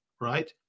right